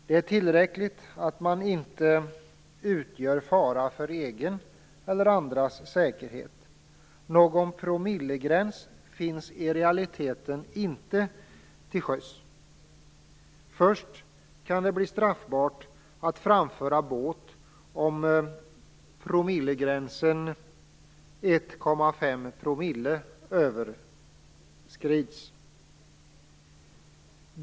Det är tillräckligt att man inte utgör fara för egen eller andras säkerhet. Någon promillegräns finns i realiteten inte till sjöss. Det kan först bli straffbart att framföra båt om promillegränsen 1,5 promille överskrids.